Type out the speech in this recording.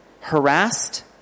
harassed